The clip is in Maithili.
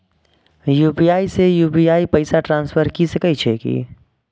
यू.पी.आई से यू.पी.आई पैसा ट्रांसफर की सके छी?